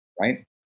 right